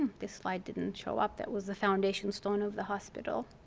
this slide didn't show up. that was the foundation stone of the hospital.